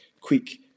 quick